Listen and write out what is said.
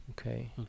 Okay